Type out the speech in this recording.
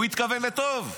הוא התכוון לטוב.